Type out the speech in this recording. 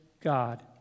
god